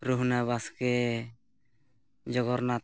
ᱨᱩᱱᱦᱟᱹ Baske Jagarnath